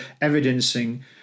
evidencing